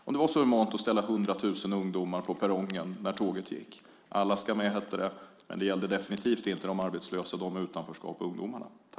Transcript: Var det så humant att ställa 100 000 ungdomar på perrongen när tåget gick? Alla ska med, hette det. Men det gällde definitivt inte de arbetslösa, de i utanförskap och ungdomarna.